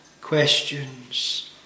questions